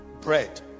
bread